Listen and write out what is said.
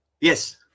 Yes